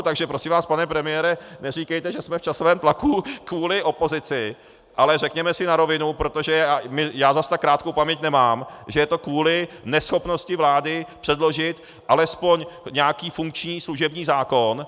Takže prosím vás, pane premiére, neříkejte, že jsme v časovém tlaku kvůli opozici, ale řekněme si na rovinu, protože já zas tak krátkou paměť nemám, že je to kvůli neschopnosti vlády předložit alespoň nějaký funkční služební zákon.